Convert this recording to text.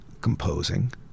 composing